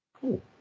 Cool